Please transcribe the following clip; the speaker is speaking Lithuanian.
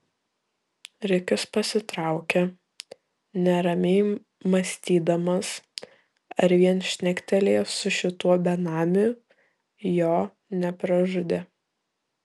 rikis pasitraukė neramiai mąstydamas ar vien šnektelėjęs su šituo benamiu jo nepražudė